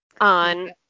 on